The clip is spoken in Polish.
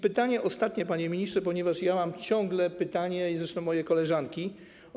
Pytanie ostatnie, panie ministrze, ponieważ mam ciągle to pytanie i zresztą moje koleżanki też.